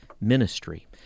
ministry